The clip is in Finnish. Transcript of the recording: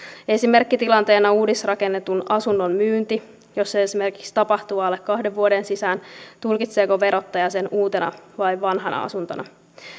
esimerkkitilanteena uudisrakennetun asunnon myynti jos se esimerkiksi tapahtuu alle kahden vuoden sisään tulkitseeko verottaja sen uutena vai vanhana asuntona